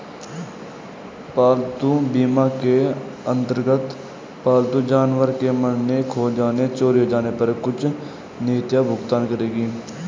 पालतू बीमा के अंतर्गत पालतू जानवर के मरने, खो जाने, चोरी हो जाने पर कुछ नीतियां भुगतान करेंगी